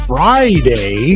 Friday